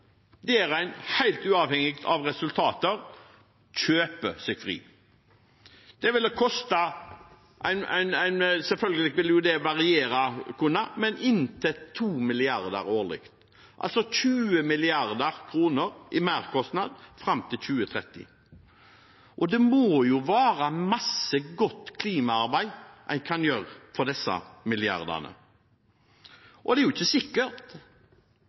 uavhengig av resultater kjøper seg fri. Det ville ha kostet – selvfølgelig ville det kunne variere – inntil 2 mrd. kr årlig, altså 20 mrd. kr i merkostnad fram til 2030. Det må jo være massevis av godt klimaarbeid en kan gjøre for disse milliardene. Og dette er ikke sikkert